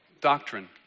doctrine